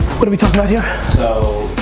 what are we talking about here? so